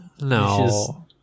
no